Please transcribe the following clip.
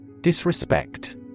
Disrespect